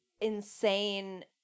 insane